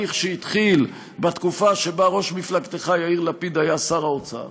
שהתחיל בתקופה שבה ראש מפלגתך יאיר לפיד היה שר האוצר,